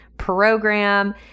program